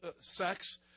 sex